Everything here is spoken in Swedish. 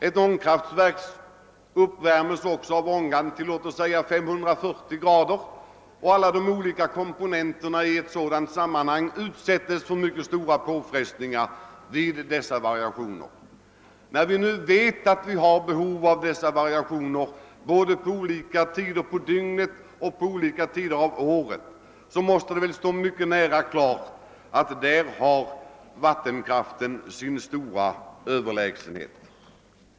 Ett ångkraftverk uppvärms också av ångan till låt mig säga 540 gra der och alla de olika komponenterna utsätts för mycket stora påfrestningar vid dessa variationer. När vi nu vel ati vi har behov av dessa variationer vid både olika tider av dygnet och olika delar av året måste det väl stå klart att vattenkraften är klart överlägsen.